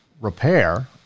repair